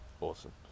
awesome